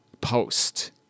post